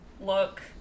look